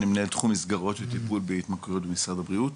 אני מנהל תחום מסגרות של טיפול בהתמכרויות במשרד הבריאות.